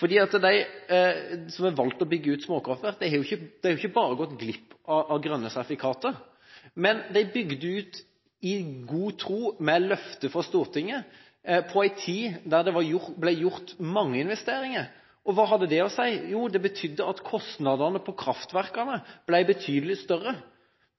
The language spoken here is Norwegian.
De som har valgt å bygge ut småkraftverk, har jo ikke bare gått glipp av grønne sertifikater, men de bygde ut i god tro – med løfte fra Stortinget – på en tid der det ble gjort mange investeringer. Hva hadde det å si? Jo, det betyr at kraftverkenes kostnader ble betydelig større.